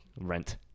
Rent